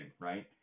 right